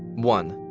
one.